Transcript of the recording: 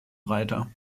reiter